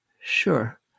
Sure